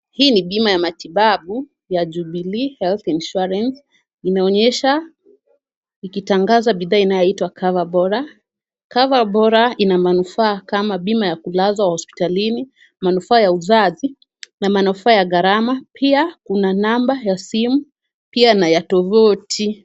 Hii ni bima ya matibabu ya Jubilee health insurance . Inaonyesha ikitangaza bidhaa inayoitwa Cover Bora. Cover Bora ina manufaa kama bima ya kulazwa hospitalini, manufaa ya uzazi na manufaa ya gharama. Pia namba ya simu pia na ya tuvuti.